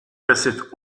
cassette